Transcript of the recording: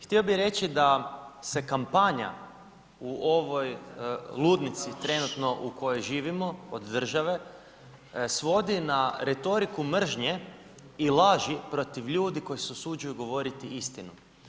Htio bih reći da se kampanja u ovoj ludnici trenutno u kojoj živimo od države svodi na retoriku mržnje i laži protiv ljudi koji se usuđuju govoriti istinu.